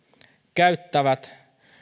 käyttävät